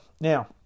Now